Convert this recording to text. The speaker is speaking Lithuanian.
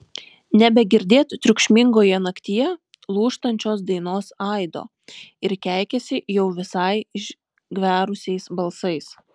nebegirdėt triukšmingoje naktyje lūžtančios dainos aido ir keikiasi jau visai išgverusiais balsais